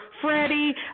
Freddie